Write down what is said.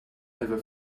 ever